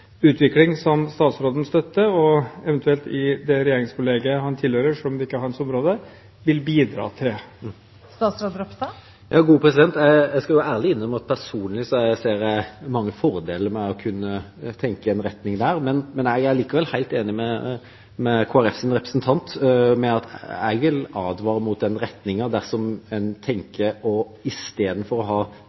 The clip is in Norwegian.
utvikling som statsråden støtter, og eventuelt vil bidra til i det regjeringskollegiet han tilhører? Jeg skal ærlig innrømme at personlig ser jeg mange fordeler ved å tenke i den retningen, men jeg er helt enig med Kristelig Folkepartis representant. Jeg vil advare mot å gå i den retningen dersom en tenker at en i stedet for å ha fritidsaktiviteter med frivillige som er trenere og